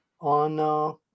on